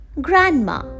Grandma